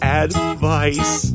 advice